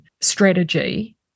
strategy